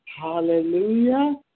Hallelujah